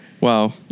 Wow